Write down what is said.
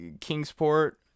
Kingsport